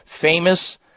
famous